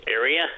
area